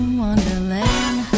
wonderland